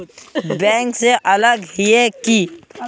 Bank से अलग हिये है की?